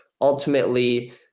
ultimately